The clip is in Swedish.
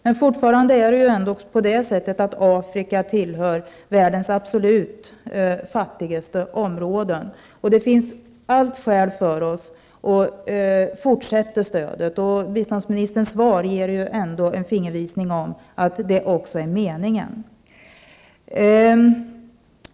Men fortfarande tillhör Afrika världens absolut fattigaste områden. Det finns allt skäl för oss att fortsätta stödet. Biståndsministerns svar ger ändå en fingervisning om att det också är meningen.